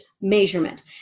measurement